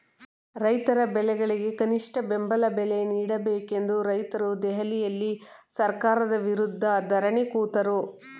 ರೈತರ ಬೆಳೆಗಳಿಗೆ ಕನಿಷ್ಠ ಬೆಂಬಲ ಬೆಲೆ ನೀಡಬೇಕೆಂದು ರೈತ್ರು ದೆಹಲಿಯಲ್ಲಿ ಸರ್ಕಾರದ ವಿರುದ್ಧ ಧರಣಿ ಕೂತರು